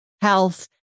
health